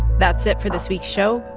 that's it for this week's show.